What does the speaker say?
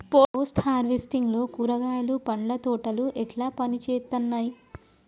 Post harvesting లో కూరగాయలు పండ్ల తోటలు ఎట్లా పనిచేత్తనయ్?